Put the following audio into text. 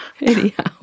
Anyhow